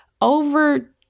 over